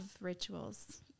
rituals